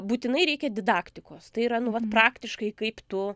būtinai reikia didaktikos tai yra nu vat praktiškai kaip tu